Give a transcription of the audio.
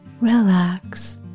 relax